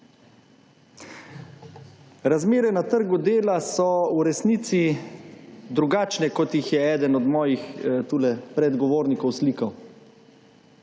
Razmere na trgu dela so v resnici drugačne, kot jih je eden od mojih, tule, predgovornikov, slikal.